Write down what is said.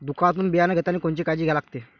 दुकानातून बियानं घेतानी कोनची काळजी घ्या लागते?